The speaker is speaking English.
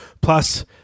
Plus